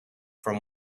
from